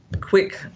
quick